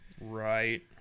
right